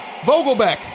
Vogelbeck